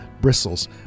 bristles